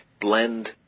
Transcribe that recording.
blend